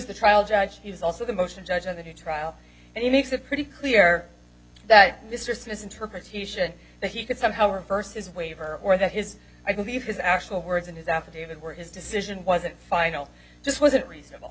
the trial judge he was also the motion judge of the new trial and he makes it pretty clear that mr smith's interpretation that he could somehow reverse his waiver or that his i believe his actual words in his affidavit were his decision wasn't final just wasn't reasonable